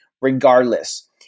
regardless